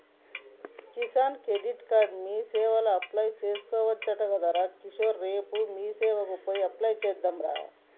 Kisan credit card మీసేవల apply చేసుకోవచ్చట గదరా కిషోర్ రేపు మీసేవకు పోయి అప్లై చెద్దాంరా